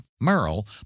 Merle